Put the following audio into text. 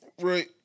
Right